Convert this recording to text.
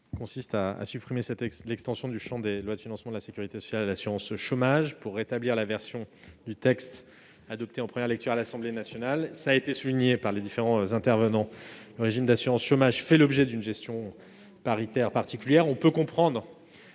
Il vise à supprimer l'extension du champ des lois de financement de la sécurité sociale à l'assurance chômage et à rétablir la version du texte adoptée en première lecture à l'Assemblée nationale. Les différents intervenants l'ont souligné, le régime d'assurance chômage fait l'objet d'une gestion paritaire particulière. On peut comprendre